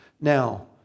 Now